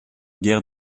guerres